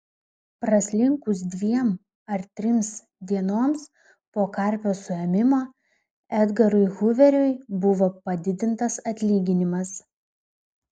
praslinkus dviem ar trims dienoms po karpio suėmimo edgarui huveriui buvo padidintas atlyginimas